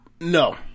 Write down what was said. No